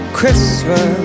Christmas